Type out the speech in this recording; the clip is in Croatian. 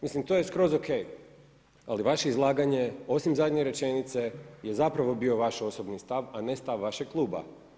Mislim to je skroz o.k. Ali vaše izlaganje osim zadnje rečenice je zapravo bio vaš osobni stav, a ne stav vašeg kluba.